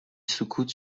سکوت